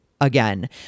again